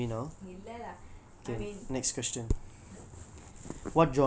இல்ல:illa lah I mean